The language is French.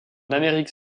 amérique